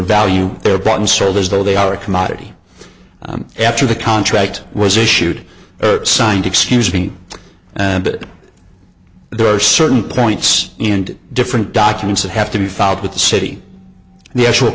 value they are bought and sold as though they are a commodity after the contract was issued signed excuse me and it there are certain points and different documents that have to be filed with the city the actual